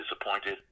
disappointed